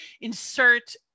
insert